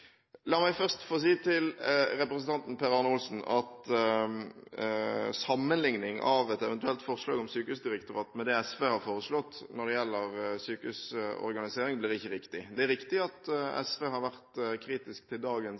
La meg først få si til representanten Per Arne Olsen at å sammenlikne et eventuelt forslag om sykehusdirektorat med det som SV har foreslått når det gjelder sykehusorganisering, blir ikke riktig. Det er riktig at SV har vært kritisk til dagens